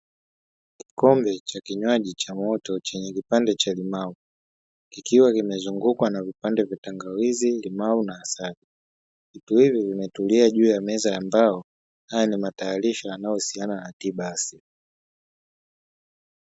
Kikombe cha kinywaji cha moto chenye kipande cha limau kikiwa kimezungukwa na vipande vya tangawizi limau na asali vitu hivi vimetulia juu ya meza ya mbao, haya ni matayarisho yanayohusiana na tiba asili.